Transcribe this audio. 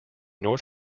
north